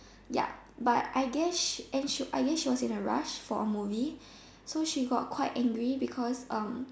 ya but I guess and she was in a rush for a movie so she got quite angry because um